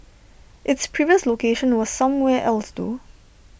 its previous location was somewhere else though